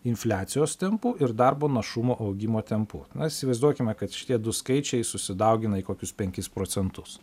infliacijos tempu ir darbo našumo augimo tempu na įsivaizduokime kad šitie du skaičiai susidaugina į kokius penkis procentus